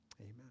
Amen